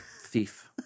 Thief